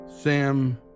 Sam